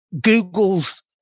Google's